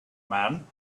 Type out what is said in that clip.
man